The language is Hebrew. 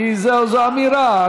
כי זו אמירה,